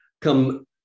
come